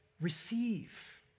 receive